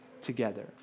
together